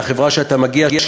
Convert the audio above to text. מהחברה שאתה מגיע ממנה,